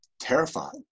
terrified